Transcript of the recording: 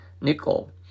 nickel